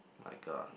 like a